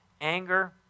anger